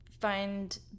find